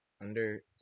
Under-